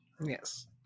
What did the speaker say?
Yes